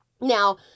Now